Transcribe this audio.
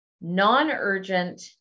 non-urgent